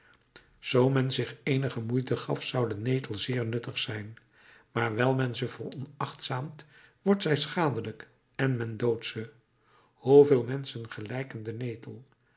men zich eenige moeite gaf zou de netel zeer nuttig zijn maar wijl men ze veronachtzaamt wordt zij schadelijk en men doodt ze hoevele menschen gelijken de netel